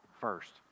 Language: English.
first